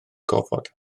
gofod